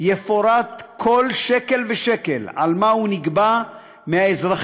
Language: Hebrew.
יפורט כל שקל ושקל, על מה הוא נגבה מהאזרחים,